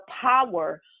power